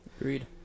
Agreed